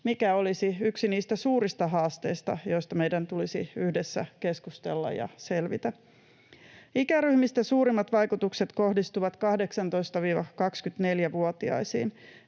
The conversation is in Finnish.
mikä olisi yksi niistä suurista haasteista, joista meidän tulisi yhdessä keskustella ja selvitä. Ikäryhmistä suurimmat vaikutukset kohdistuvat 18—24-vuotiaisiin.